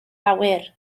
awyr